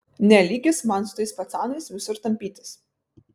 ne lygis man su tais pacanais visur tampytis